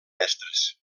mestres